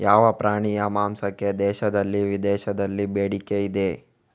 ಯಾವ ಪ್ರಾಣಿಯ ಮಾಂಸಕ್ಕೆ ದೇಶದಲ್ಲಿ ವಿದೇಶದಲ್ಲಿ ಬೇಡಿಕೆ ಇದೆ?